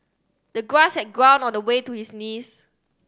the grass had grown all the way to his knees